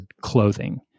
clothing